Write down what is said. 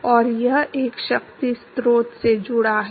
और यह एक शक्ति स्रोत से जुड़ा है